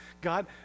God